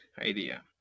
idea